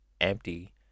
empty